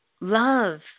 Love